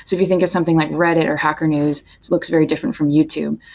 if you think of something like reddit or hacker news, it looks very different from youtube.